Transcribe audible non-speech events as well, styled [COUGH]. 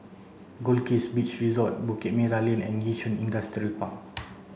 Goldkist Beach Resort Bukit Merah Lane and Yishun Industrial Park [NOISE]